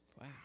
Wow